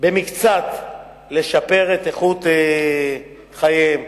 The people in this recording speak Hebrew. לשפר במקצת את איכות חייהם.